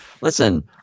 listen